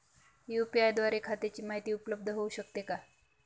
UPI द्वारे खात्याची माहिती उपलब्ध होऊ शकते का?